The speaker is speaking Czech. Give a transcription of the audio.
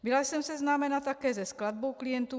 Byla jsem seznámena také se skladbou klientů.